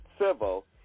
civil